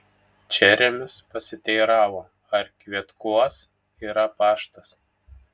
čeremis pasiteiravo ar kvetkuos yra paštas